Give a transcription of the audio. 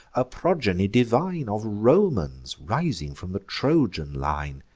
a progeny divine of romans, rising from the trojan line,